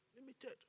Limited